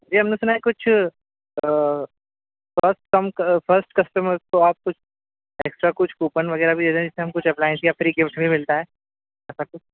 جی ہم نے سنا ہے کچھ فرسٹ کسٹمر کو آپ کچھ ایکسٹرا کچھ کوپن وغیرہ بھی ارینج ہم کچھ اپلائینس کیا فری گفٹ بھی ملتا ہے ایسا کچھ